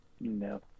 No